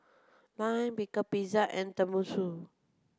Lime Pickle Pizza and Tenmusu